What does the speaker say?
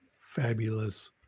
fabulous